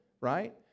right